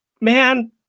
man